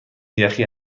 یخی